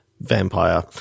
vampire